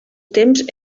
temps